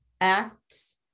acts